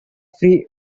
free